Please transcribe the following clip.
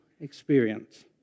experience